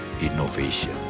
innovation